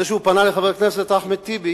זה שהוא פנה לחבר הכנסת אחמד טיבי